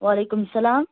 وعلیکم اسلام